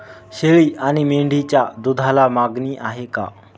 शेळी आणि मेंढीच्या दूधाला मागणी आहे का?